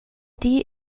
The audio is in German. die